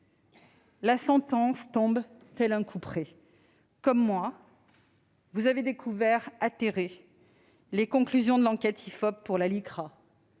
La sentence tombe tel un couperet : comme moi, vous avez découvert, atterrés, les conclusions de l'enquête IFOP pour la Ligue